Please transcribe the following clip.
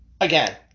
Again